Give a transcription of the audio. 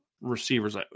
receivers